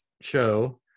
show